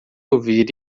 ouvir